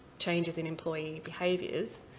changes in employee behaviors.